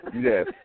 Yes